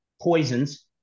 poisons